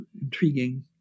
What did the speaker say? intriguing